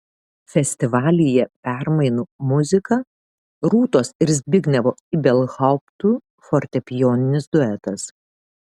festivalyje permainų muzika rūtos ir zbignevo ibelhauptų fortepijoninis duetas